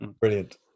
Brilliant